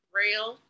real